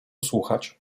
słuchać